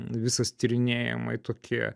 visas tyrinėjimai tokie